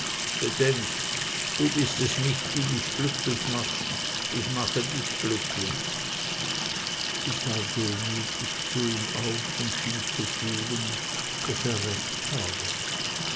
bedenk du bist es nicht die mich glücklich macht ich mache dich glücklich sie sah demütig zu ihm auf und schien zu fühlen daß er recht habe